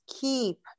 keep